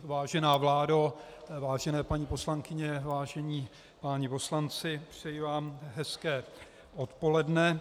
Vážená vládo, vážené paní poslankyně, vážení páni poslanci, přeji vám hezké odpoledne.